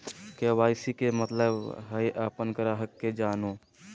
KYC के मतलब हइ अपन ग्राहक के जानो